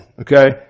okay